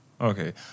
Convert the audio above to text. Okay